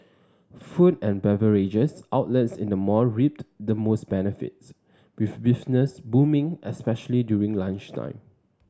food and beverages outlets in the mall reaped the most benefits with business booming especially during lunchtime